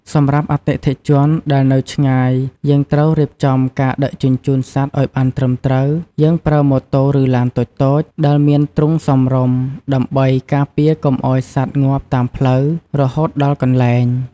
សម្រាប់អតិថិជនដែលនៅឆ្ងាយ យើងត្រូវរៀបចំការដឹកជញ្ជូនសត្វឲ្យបានត្រឹមត្រូវ។ យើងប្រើម៉ូតូ ឬឡានតូចៗ ដែលមានទ្រុងសមរម្យ ដើម្បីការពារកុំឲ្យសត្វងាប់តាមផ្លូវ រហូតដល់កន្លែង។